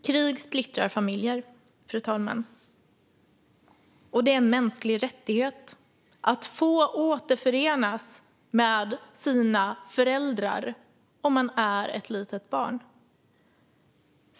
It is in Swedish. Fru talman! Krig splittrar familjer. Och det är en mänsklig rättighet att få återförenas med sina föräldrar om man är ett litet barn.